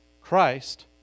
Christ